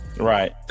Right